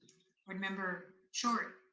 board member short.